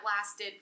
lasted